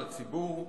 לציבור.